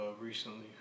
recently